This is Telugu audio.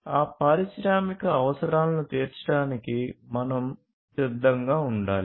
ఆ పారిశ్రామిక అవసరాలను తీర్చడానికి మనం సిద్ధంగా ఉండాలి